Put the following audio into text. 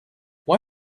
why